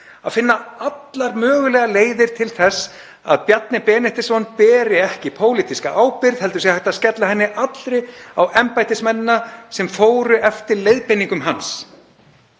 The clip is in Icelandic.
að finna allar mögulegar leiðir til þess að Bjarni Benediktsson beri ekki pólitíska ábyrgð heldur sé hægt að skella henni allri á embættismennina sem fóru eftir leiðbeiningum hans.